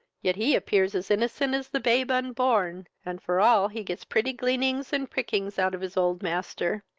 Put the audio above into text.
yet he appears as innocent as the babe unborn, and for all he gets pretty gleanings and pickings out of his old master,